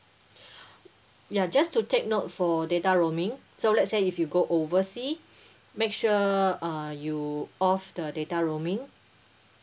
ya just to take note for data roaming so let say if you go oversea make sure uh you off the data roaming